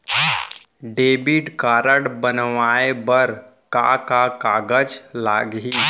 Debit card बनवाये बर का का कागज लागही?